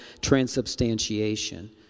transubstantiation